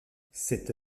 cette